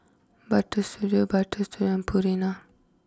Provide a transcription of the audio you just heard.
Butter Studio Butter Studio and Purina